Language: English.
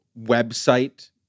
website